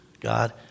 God